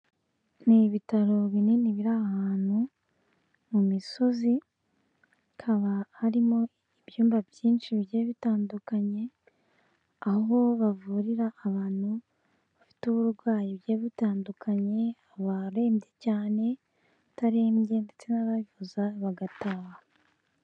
Ni ibitaro binini biri ahantu mu misozi hakaba harimo ibyumba byinshi bigiye bitandukanye aho bavurira abantu bafite uburwayi butandukanye abarembye cyane, abatarembye ndetse n'ababivuza bagataha.